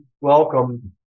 welcome